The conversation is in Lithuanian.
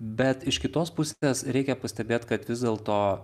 bet iš kitos pusės reikia pastebėt kad vis dėl to